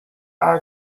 are